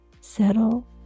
settle